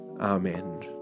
Amen